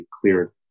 clear